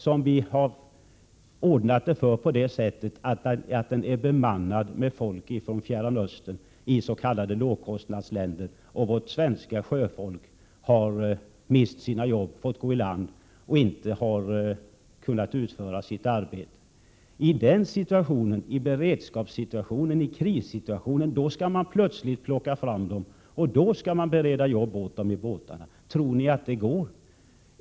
Men då har vi ordnat det så, att den är bemannad med folk från Fjärran Östern, s.k. lågkostnadsländer. Vårt svenska sjöfolk har mist sina arbeten och fått gå i land. De har inte kunnat utföra sitt arbete. I den situationen, i beredskapssituationen och i krissituationen, skall man plötsligt få fram folket. Då skall det beredas arbete på båtarna. Tror ni att det går?